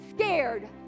Scared